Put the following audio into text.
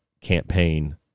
campaign